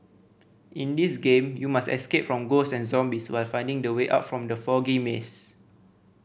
in this game you must escape from ghost and zombies while finding the way out from the foggy maze